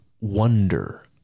wonder